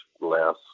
less